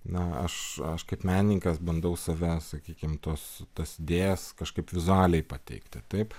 na aš aš kaip menininkas bandau save sakykim tuos tas idėjas kažkaip vizualiai pateikti taip